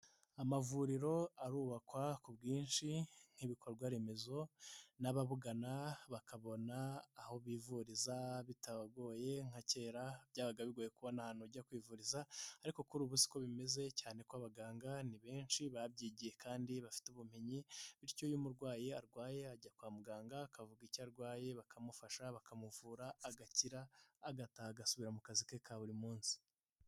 Amavuriro arubakwa ku bwinshi nk'ibikorwa remezo n'ababugana bakabona aho bivuriza bitabagoye nka kera byabaga bigoye ko ubona ahantu ujya kwivuriz, ariko kuri ubu si ko bimeze cyane ko abaganga ni benshi babyigiye kandi bafite ubumenyi; bityo iyo umurwayi arwaye ajya kwa muganga akavuga icyo arwaye, bakamufasha bakamuvura agakira, agataha agasubira mu kazi ke ka buri munsi.